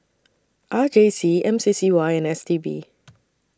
R J C M C C Y and S T B